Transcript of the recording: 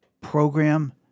program